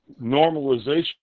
normalization